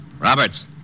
Roberts